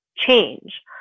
Change